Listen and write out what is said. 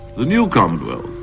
the new commonwealth,